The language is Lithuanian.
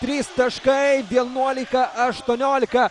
trys taškai vienuolika aštuoniolika